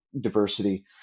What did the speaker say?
diversity